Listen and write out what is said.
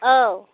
औ